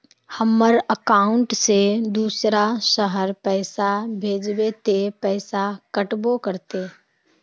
हमर अकाउंट से दूसरा शहर पैसा भेजबे ते पैसा कटबो करते?